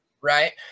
right